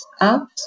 up